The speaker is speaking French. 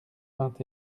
vingt